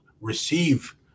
receive